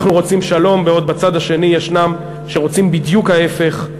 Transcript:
אנחנו רוצים שלום בעוד בצד השני ישנם שרוצים בדיוק ההפך.